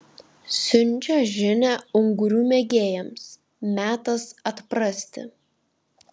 siunčia žinią ungurių mėgėjams metas atprasti